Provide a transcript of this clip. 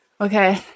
okay